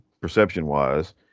perception-wise